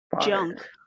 junk